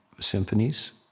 symphonies